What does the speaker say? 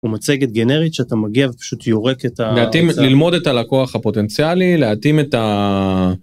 מצגת גנרית שאתה מגיע ופשוט יורק את הא, לדעתי ללמוד את הלקוח הפוטנציאלי להתאים את.